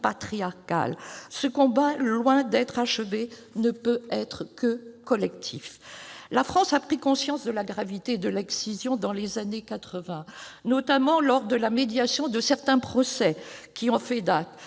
Ce combat, loin d'être achevé, ne peut être que collectif ! La France a pris conscience de la gravité de l'excision dans les années 1980, notamment lors de la médiatisation de certains procès qui ont fait date.